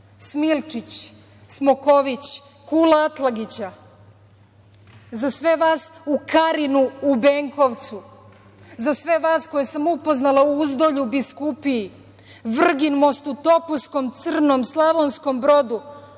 Smilčić, Smoković, Kula Atlagića, za sve vas u Karinu, u Benkovcu, za sve vas koje sam upoznala u Uzdolju, Biskupiji, Vrginmostu, Topuskom, Crnom, Slavonskom Brodu,